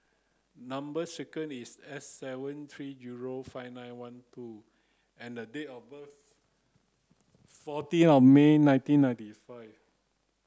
number sequence is S seven three zero five nine one two and the date of birth fourteen of May nineteen ninety five